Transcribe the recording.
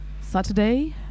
Saturday